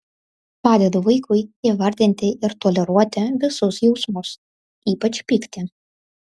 padedu vaikui įvardinti ir toleruoti visus jausmus ypač pyktį